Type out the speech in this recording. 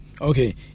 okay